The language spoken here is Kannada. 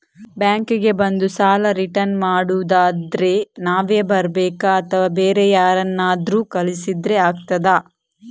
ಬ್ಯಾಂಕ್ ಗೆ ಬಂದು ಸಾಲ ರಿಟರ್ನ್ ಮಾಡುದಾದ್ರೆ ನಾವೇ ಬರ್ಬೇಕಾ ಅಥವಾ ಬೇರೆ ಯಾರನ್ನಾದ್ರೂ ಕಳಿಸಿದ್ರೆ ಆಗ್ತದಾ?